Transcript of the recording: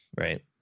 right